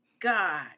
God